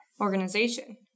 organization